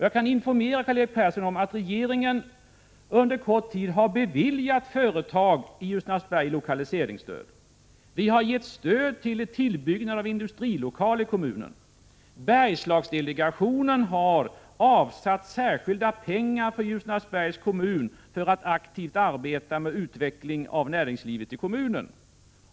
Jag kan informera Karl-Erik Persson om att regeringen under kort tid har beviljat företag i Ljusnarsberg lokaliseringsstöd. Vi har gett stöd till tillbyggnad av industrilokal i kommunen. Bergslagsdelegationen har avsatt särskilda pengar för Ljusnarsbergs kommun för att aktivt arbeta med utveckling av näringslivet i kommunen.